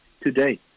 today